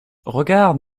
regarde